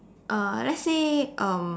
uh lets say um